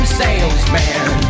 salesman